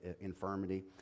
infirmity